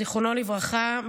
זיכרונו לברכה,